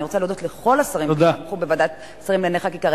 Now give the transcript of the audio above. אני רוצה להודות לכל השרים שתמכו בוועדת השרים לענייני חקיקה,